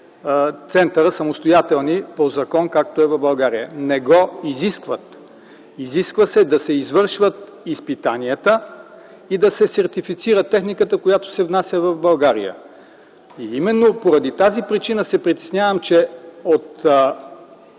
трите самостоятелни центъра по закон, както е в България. Не го изискват! Изисква се да се извършват изпитанията и да се сертифицира техниката, която се внася в България. Именно поради тази причина се притеснявам, че от